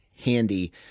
handy